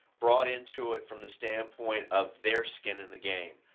brought into it from the standpoint of their skin in the game.